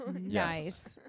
Nice